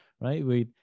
right